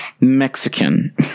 Mexican